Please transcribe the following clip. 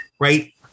right